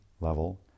level